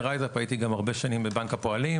99: החוק הזה שאנחנו מאוד מברכים עליו,